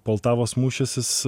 poltavos mūšis jis